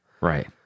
Right